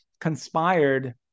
conspired